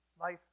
life